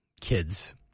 kids